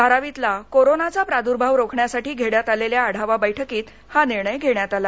धारावीतील कोरोनाचा प्रादुर्भाव रोखण्यासाठी घेण्यात आलेल्या आढावा बर्क्कीत हा निर्णय घेण्यात आला